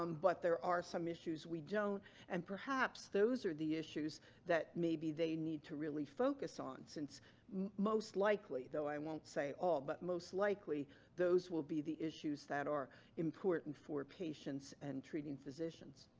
um but there are some issues we don't and perhaps those are the issues that maybe they need to really focus on since most likely, although i won't say all, but most likely those will be the issues that are important for patients and treating physicians.